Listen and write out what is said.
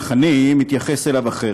אך אני מתייחס אליו אחרת,